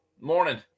Morning